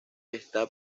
está